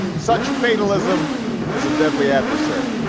such fatalism is a deadly adversary,